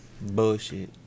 Bullshit